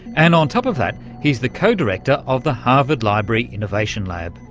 and on top of that he's the co-director of the harvard library innovation lab.